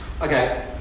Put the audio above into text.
Okay